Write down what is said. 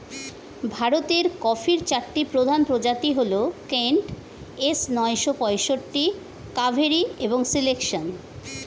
ভারতের কফির চারটি প্রধান প্রজাতি হল কেন্ট, এস নয়শো পঁয়ষট্টি, কাভেরি এবং সিলেকশন